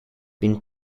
been